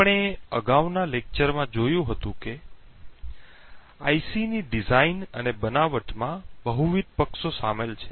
આપણે અગાઉના લેક્ચર્સમાં જોયું કે આઈસી ની ડિઝાઇન અને બનાવટમાં બહુવિધ પક્ષો શામેલ છે